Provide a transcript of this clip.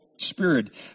spirit